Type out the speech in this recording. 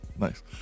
Nice